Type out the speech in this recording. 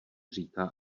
říká